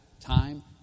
time